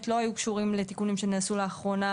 לא היו קשורים לתיקונים שנעשו לאחרונה,